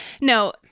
No